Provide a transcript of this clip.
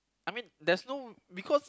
I mean there's no because